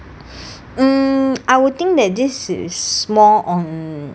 mm I would think that this is more on uh